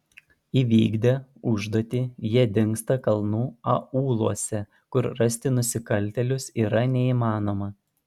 įvykdę užduotį jie dingsta kalnų aūluose kur rasti nusikaltėlius yra neįmanoma